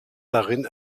darin